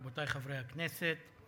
רבותי חברי הכנסת,